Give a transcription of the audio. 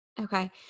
Okay